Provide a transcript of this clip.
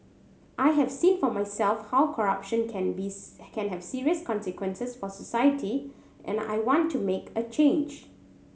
I have seen for myself how corruption can be can have serious consequences for society and I want to make a change